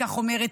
כך אומרת